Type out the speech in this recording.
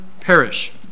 perish